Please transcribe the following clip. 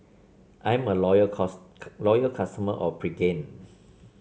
I'm a loyal cos loyal customer of Pregain